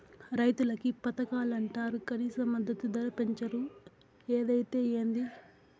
రైతులకి పథకాలంటరు కనీస మద్దతు ధర పెంచరు ఏదైతే ఏంది